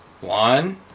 one